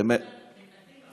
באמת, שמתנגדים לחוק.